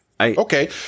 Okay